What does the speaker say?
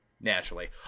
Naturally